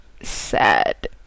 sad